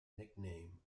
nickname